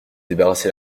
débarrassez